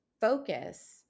focus